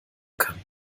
kann